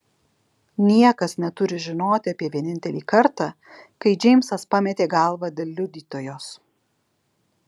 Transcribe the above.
niekas neturi žinoti apie vienintelį kartą kai džeimsas pametė galvą dėl liudytojos